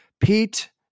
Pete